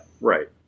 right